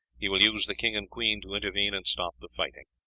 he will use the king and queen to intervene and stop the fighting.